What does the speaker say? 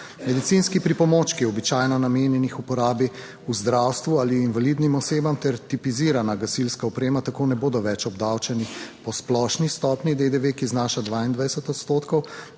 Medicinski pripomočki, običajno namenjeni uporabi v zdravstvu ali invalidnim osebam, ter tipizirana gasilska oprema tako ne bodo več obdavčeni po splošni stopnji DDV, ki znaša 22 odstotkov,